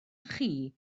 chi